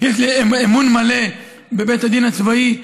אמון מלא בבית הדין הצבאי,